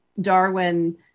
Darwin